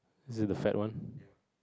is it the fat one